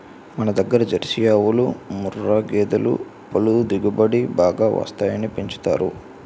మనదగ్గర జెర్సీ ఆవులు, ముఱ్ఱా గేదులు పల దిగుబడి బాగా వస్తాయని పెంచుతారు